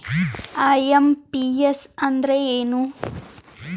IMPS ಅಂದ್ರ ಏನು?